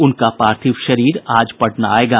उनका पार्थिव शरीर आज पटना आएगा